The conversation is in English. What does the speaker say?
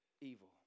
evil